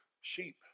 sheep